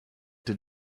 did